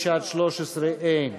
9 13, אין.